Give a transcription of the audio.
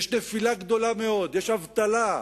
יש נפילה גדולה מאוד, יש אבטלה,